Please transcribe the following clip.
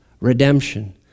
redemption